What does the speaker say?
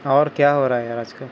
اور کیا ہو رہا ہے آج کل